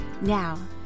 Now